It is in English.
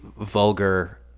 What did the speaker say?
vulgar